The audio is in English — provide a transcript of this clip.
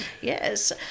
Yes